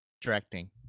directing